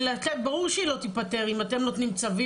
וברור שהיא לא תיפתר אם אתם נותנים צווים